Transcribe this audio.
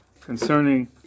concerning